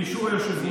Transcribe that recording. באישור היושב-ראש,